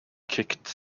kicked